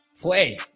play